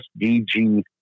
SDG